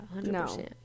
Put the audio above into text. no